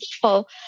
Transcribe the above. people